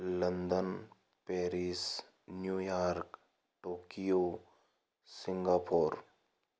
London Paris New York Tokyo Singapore